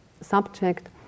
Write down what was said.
subject